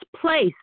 place